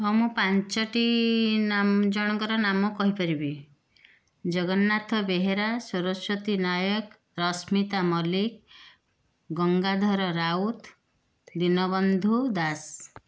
ହଁ ମୁଁ ପାଞ୍ଚଟି ନାମ ଜଣଙ୍କର ନାମ କହି ପାରିବି ଜଗନ୍ନାଥ ବେହେରା ସରସ୍ୱତୀ ନାୟକ ରଶ୍ମିତା ମଲିକ ଗଙ୍ଗାଧର ରାଉତ ଦୀନବନ୍ଧୁ ଦାସ